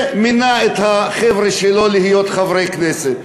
מינה את החבר'ה שלו להיות חברי כנסת.